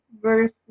verse